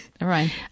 right